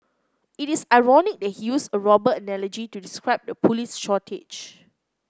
it is ironic that he used a robber analogy to describe the police shortage